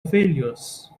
failures